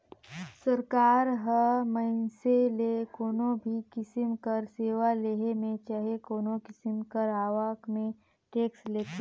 सरकार ह मइनसे ले कोनो भी किसिम कर सेवा लेहे में चहे कोनो किसिम कर आवक में टेक्स लेथे